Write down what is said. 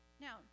Now